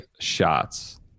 shots